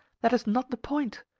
that is not the point.